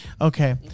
Okay